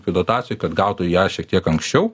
dotacijoj kad gautų ją šiek tiek anksčiau